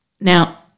Now